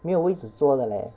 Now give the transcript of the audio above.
没有位子坐了 leh